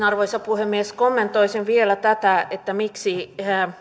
arvoisa puhemies kommentoisin vielä tätä miksi